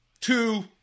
two